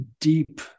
deep